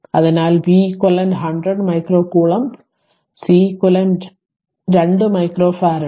അതിനാൽ v eq 100 micro കൂലോംബും Ceq 2 മൈക്രോഫറാഡും